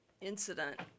incident